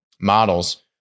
models